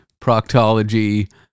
proctology